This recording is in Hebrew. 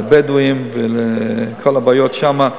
לבדואים ולכל הבעיות שם.